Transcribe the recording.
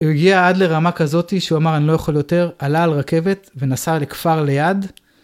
הוא הגיע עד לרמה כזאת שהוא אמר אני לא יכול יותר עלה על רכבת ונסע לכפר ליד.